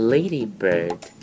Ladybird